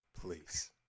please